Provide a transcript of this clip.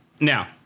Now